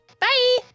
Bye